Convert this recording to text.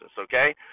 okay